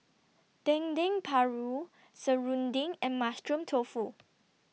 Dendeng Paru Serunding and Mushroom Tofu